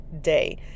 day